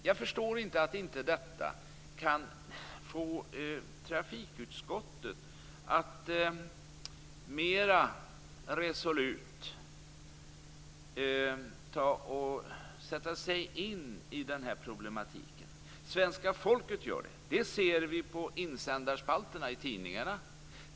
Jag förstår inte att inte detta kan få trafikutskottet att mer resolut sätta sig in i problematiken. Svenska folket gör det. Det ser vi på insändarspalterna i tidningarna.